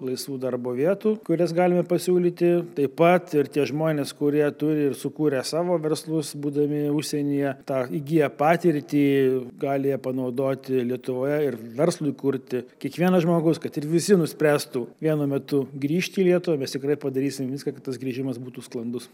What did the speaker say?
laisvų darbo vietų kurias galime pasiūlyti taip pat ir tie žmonės kurie turi ir sukūrę savo verslus būdami užsienyje tą įgiję patirtį gali ją panaudoti lietuvoje ir verslui kurti kiekvienas žmogus kad ir visi nuspręstų vienu metu grįžt į lietuvą bet tikrai padarysim viską kad tas grįžimas būtų sklandus